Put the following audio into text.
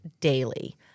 daily